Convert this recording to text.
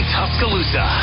Tuscaloosa